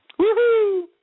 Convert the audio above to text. Woohoo